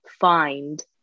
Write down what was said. find